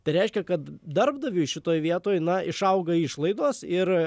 tai reiškia kad darbdaviui šitoj vietoj na išauga išlaidos ir